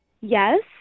Yes